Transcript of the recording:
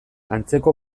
antzeko